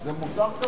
זה מוסר כפול.